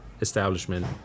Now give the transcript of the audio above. establishment